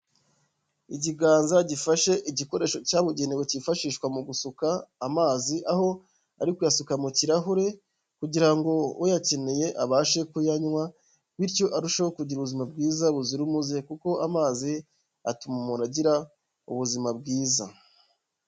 Ikiganza gifashe igikoresho cyabugenewe kifashishwa mu gusuka amazi, aho ari kuyasuka mu kirahure kugira ngo uyakeneye abashe kuyanywa, bityo arusheho kugira ubuzima bwiza buzira umuze kuko amazi, atuma umuntu agira ubuzima bwiza.